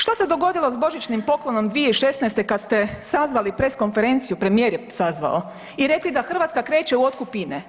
Što se dogodilo s božićnim poklonom 2016. kad ste zavali press konferenciju, premijer je sazvao i rekli da Hrvatska kreće u otkup INE?